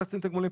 --- פרטנית.